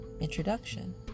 Introduction